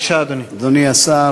אדוני השר,